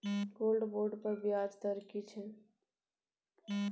Gold bond पर ब्याज दर की छै?